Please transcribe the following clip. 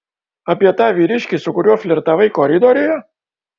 apie tą vyriškį su kuriuo flirtavai koridoriuje